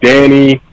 Danny